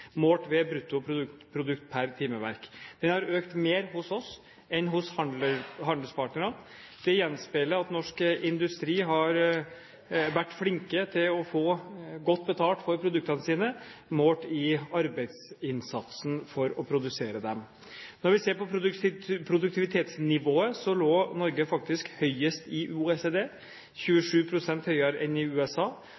målt ved bruttoprodukt per timeverk. Den har økt mer hos oss enn hos våre handelspartnere. Dette gjenspeiler at norsk industri har vært flink til å få godt betalt for produktene sine målt i arbeidsinnsatsen for å produsere dem. Når vi ser på produktivitetsnivået, lå Norge faktisk høyest i